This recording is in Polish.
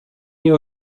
nie